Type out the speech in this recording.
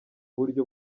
buryo